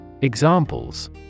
Examples